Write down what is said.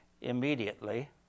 immediately